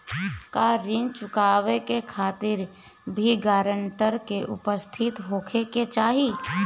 का ऋण चुकावे के खातिर भी ग्रानटर के उपस्थित होखे के चाही?